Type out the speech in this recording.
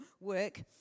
work